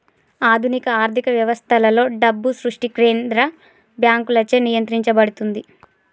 ఆధునిక ఆర్థిక వ్యవస్థలలో, డబ్బు సృష్టి కేంద్ర బ్యాంకులచే నియంత్రించబడుతుంది